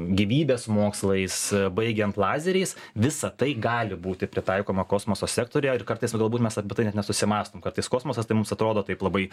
gyvybės mokslais baigiant lazeriais visa tai gali būti pritaikoma kosmoso sektoriuje ir kartais na galbūt mes apie tai net nesusimąstom kartais kosmosas tai mums atrodo taip labai